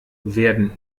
werden